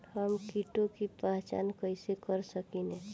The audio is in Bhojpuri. हम कीटों की पहचान कईसे कर सकेनी?